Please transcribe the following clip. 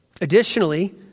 Additionally